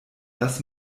dass